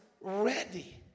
ready